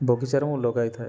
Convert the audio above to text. ବଗିଚାରେ ମୁଁ ଲଗାଇଥାଏ